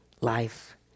Life